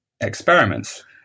experiments